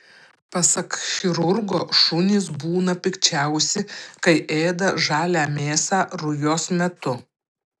pasak chirurgo šunys būna pikčiausi kai ėda žalią mėsą rujos metu